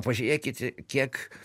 pažiūrėkite kiek